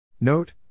Note